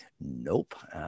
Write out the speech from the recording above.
Nope